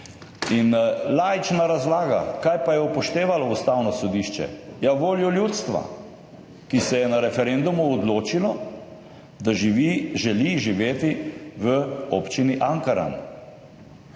Laična razlaga, kaj pa je upoštevalo Ustavno sodišče? Voljo ljudstva, ki se je na referendumu odločilo, da želi živeti v Občini Ankaran.